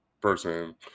person